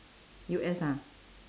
U_S ah